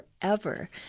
forever